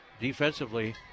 defensively